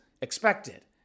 expected